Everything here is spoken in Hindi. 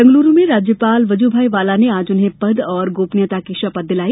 बंगलूरू में राज्यपाल बजूभाई वाला ने आज उन्हें पद और गोपनियता की शपथ दिलाई